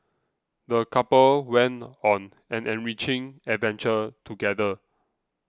the couple went on an enriching adventure together